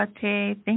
thank